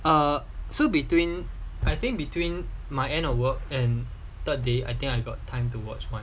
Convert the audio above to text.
err so between I think between my end of work and third day I think I got time to watch bah